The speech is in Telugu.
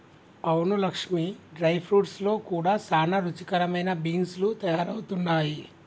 అవును లక్ష్మీ డ్రై ఫ్రూట్స్ లో కూడా సానా రుచికరమైన బీన్స్ లు తయారవుతున్నాయి